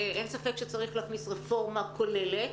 אין ספק שצריך להכניס רפורמה כוללת.